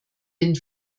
den